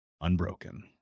Unbroken